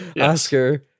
Oscar